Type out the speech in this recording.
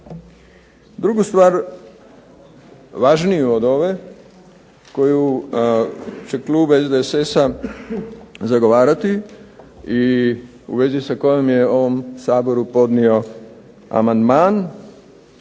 Drugu stvar važniju od ove koju će klub SDSS-a zagovarati i u vezi sa kojom je on Saboru podnio amandman